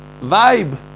Vibe